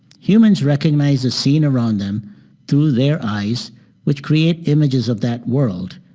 humans recognize the scene around them through their eyes which create images of that world.